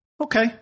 Okay